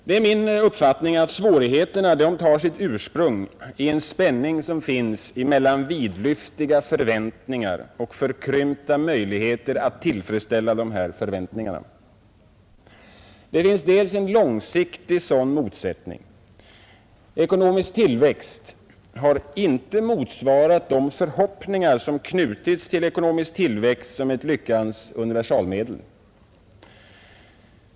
Det är min uppfattning att svårigheterna har sitt ursprung i en spänning som finns mellan vidlyftiga förväntningar och förkrympta möjligheter att tillfredsställa dessa förväntningar. Det finns en långsiktig sådan motsättning — ekonomisk tillväxt har inte motsvarat de förhoppningar som knutits till en sådan tillväxt som ett lyckans universalmedel.